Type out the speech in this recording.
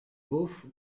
both